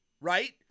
right